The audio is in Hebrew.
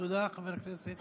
תודה, חבר הכנסת